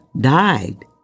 died